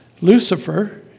Lucifer